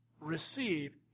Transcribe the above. Receive